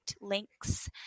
links